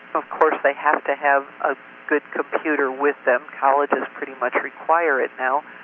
of course they have to have a good computer with them, colleges pretty much require it now.